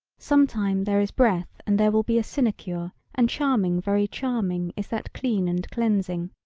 sometime there is breath and there will be a sinecure and charming very charming is that clean and cleansing.